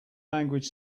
language